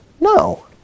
No